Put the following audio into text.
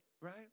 right